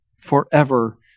forever